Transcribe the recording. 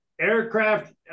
aircraft